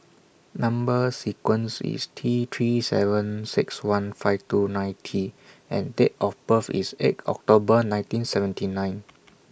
Number sequence IS T three seven six one five two nine T and Date of birth IS eight October nineteen seventy nine